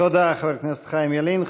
תודה, חבר הכנסת חיים ילין.